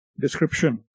description